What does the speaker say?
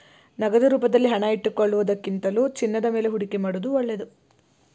ನಗದು ರೂಪದಲ್ಲಿ ಹಣ ಇಟ್ಟುಕೊಳ್ಳುವುದಕ್ಕಿಂತಲೂ ಚಿನ್ನದ ಮೇಲೆ ಹೂಡಿಕೆ ಮಾಡುವುದು ಒಳ್ಳೆದು